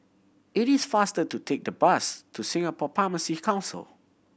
it is faster to take the bus to Singapore Pharmacy Council